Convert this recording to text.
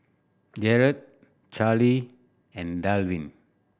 Jerod Charley and Delvin